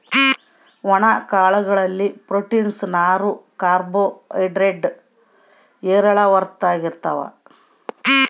ಒಣ ಕಾಳು ಗಳಲ್ಲಿ ಪ್ರೋಟೀನ್ಸ್, ನಾರು, ಕಾರ್ಬೋ ಹೈಡ್ರೇಡ್ ಹೇರಳವಾಗಿರ್ತಾವ